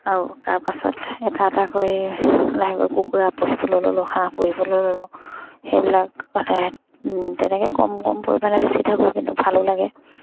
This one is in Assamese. আৰু তাৰ পাছত এটা এটা কৰি লাহেকৈ কুকুৰা পুহিবলৈ ল'লোঁ হাঁহ পুহিবলৈ ল'লোঁ সেইবিলাক অৰ্থাৎ তেনেকৈ কম কম পৰিমাণে বেছি থাকোঁ কিন্তু ভালো লাগে